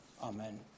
Amen